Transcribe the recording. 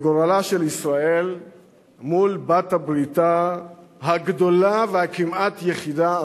לגורלה של ישראל מול בעלת-הברית הגדולה והכמעט יחידה,